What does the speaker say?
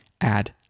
add